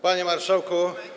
Panie Marszałku!